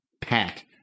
Pat